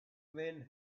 men